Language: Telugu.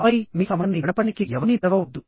ఆపై మీ సమయాన్ని గడపడానికి ఎవరినీ పిలవవవద్దు